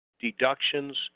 deductions